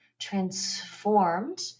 transformed